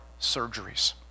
surgeries